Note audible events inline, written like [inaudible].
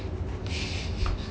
[laughs]